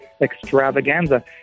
Extravaganza